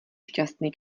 šťastný